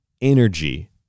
energy